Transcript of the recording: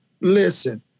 Listen